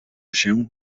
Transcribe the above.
się